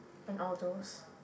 and all those